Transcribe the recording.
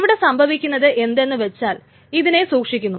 ഇവിടെ സംഭവിക്കുന്നത് എന്തെന്നു വച്ചാൽ ഇതിനെ സൂക്ഷിക്കുന്നു